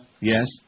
Yes